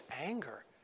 anger